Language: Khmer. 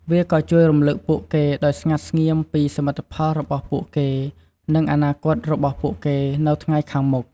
វាក៏ជួយរំលឹកពួកគេដោយស្ងាត់ស្ងៀមពីសមិទ្ធផលរបស់ពួកគេ និងអនាគតរបស់ពួកគេនៅថ្ងៃខាងមុខ។